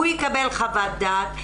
הוא יקבל חוות דעת,